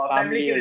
Family